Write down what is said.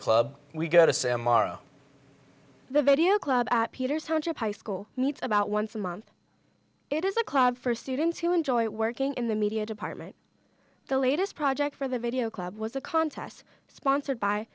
club we go to sam morrow the video club peters hundred high school meets about once a month it is a club for students who enjoy working in the media department the latest project for the video club was a contest sponsored by